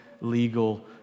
legal